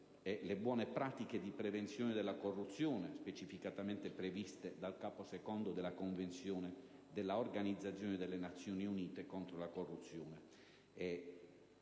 e le buone pratiche di prevenzione della corruzione specificamente previste nel capo II della Convenzione dell'Organizzazione delle Nazioni Unite contro la corruzione,